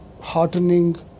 heartening